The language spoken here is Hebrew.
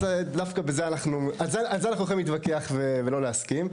דווקא על זה אנחנו יכולים להתווכח ולא להסכים.